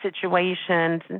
situations